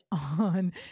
on